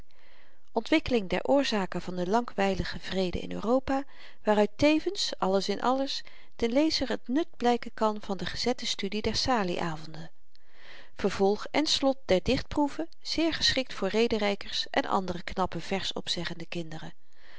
ontwikkeling der oorzaken van den lankwyligen vrede in europa waaruit tevens alles is in alles den lezer t nut blyken kan van de gezette studie der salieavenden vervolg en slot der dichtproeven zeer geschikt voor rederykers en andere knappe versöpzeggende kinderen